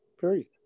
period